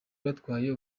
batwaye